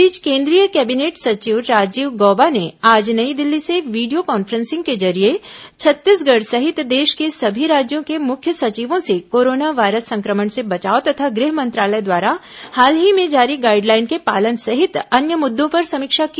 इस बीच केंद्रीय कैबिनेट सचिव राजीव गौबा ने आज नई दिल्ली से वीडियो कॉन्फ्रेंसिंग के जरिए छत्तीसगढ़ सहित देश के सभी राज्यों के मुख्य सचिवों से कोरोना वायरस संक्रमण से बचाव तथा गृह मंत्रालय द्वारा हाल ही में जारी गाइडलाइन के पालन सहित अन्य मुद्दों पर समीक्षा की